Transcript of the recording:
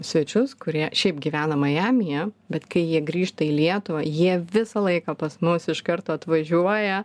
svečius kurie šiaip gyvena majamyje bet kai jie grįžta į lietuvą jie visą laiką pas mus iš karto atvažiuoja